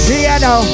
Piano